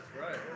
right